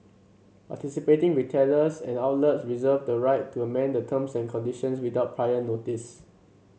participating retailers and outlets reserve the right to amend the terms and conditions without prior notice